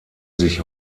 sich